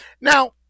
now